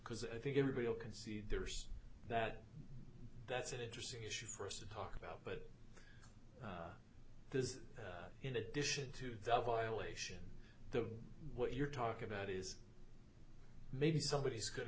ecause i think everybody will concede there's that that's an interesting issue for us to talk about but this is in addition to the violation the what you're talking about is maybe somebody is go